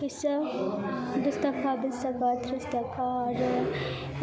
फैसा दस थाखा बिस थाखा थ्रिस थाखा आरो